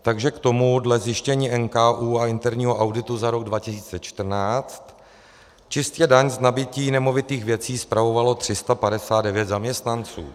Takže k tomu dle zjištění NKÚ a interního auditu za rok 2014: čistě daň z nabytí nemovitých věcí spravovalo 359 zaměstnanců.